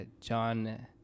John